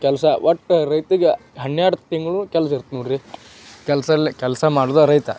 ಕೆಲಸ ಒಟ್ಟು ರೈತಗೆ ಹೆಣ್ಣರದು ತಿಂಗಳು ಕೆಲ್ಸ ಇರತ್ತೆ ನೋಡಿರಿ ಕೆಲ್ಸಲ್ಲಿ ಕೆಲಸ ಮಾಡಿದ ರೈತ